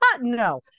no